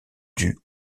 dus